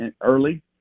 early